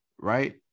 right